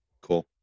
Cool